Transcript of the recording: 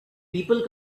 people